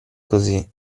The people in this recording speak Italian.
così